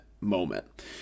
moment